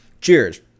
cheers